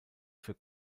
für